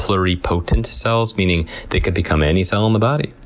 pluri-potent cells, meaning they could become any cell in the body.